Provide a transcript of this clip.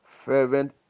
Fervent